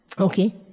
okay